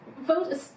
vote